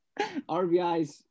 RBIs